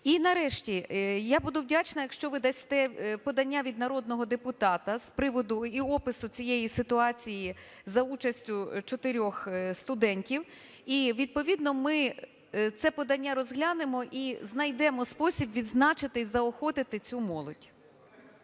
І, нарешті, я буду вдячна, якщо ви дасте подання від народного депутата з приводу і опису цієї ситуації за участю чотирьох студентів, і відповідно ми це подання розглянемо, і знайдемо спосіб відзначити і заохотити цю молодь.